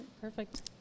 Perfect